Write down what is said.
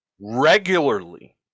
regularly